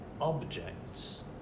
objects